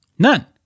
None